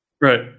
Right